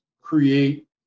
create